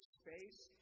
space